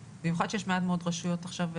במיוחד שיש עכשיו מעט מאוד רשויות כתומות.